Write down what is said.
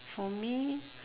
for me